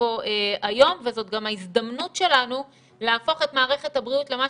בו היום וזאת גם ההזדמנות שלנו להפוך את מערכת הבריאות למה